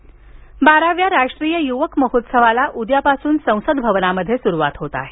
युवा महोत्सव बाराव्या राष्ट्रीय युवक महोत्सवाला उद्यापासून संसद भवनात सुरवात होत आहे